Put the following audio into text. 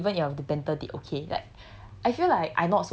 so it's sort of it's like even you have the banter date okay like